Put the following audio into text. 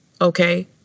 okay